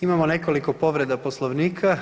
Imamo nekoliko povreda Poslovnika.